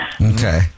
Okay